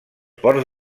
ports